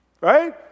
right